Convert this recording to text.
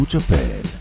Japan